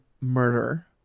murder